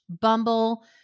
Bumble